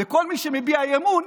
וכל מי שמביע אי-אמון,